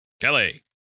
Kelly